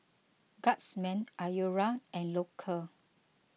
Guardsman Iora and Loacker